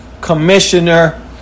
commissioner